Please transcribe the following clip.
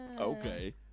Okay